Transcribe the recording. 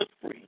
free